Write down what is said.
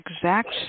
exact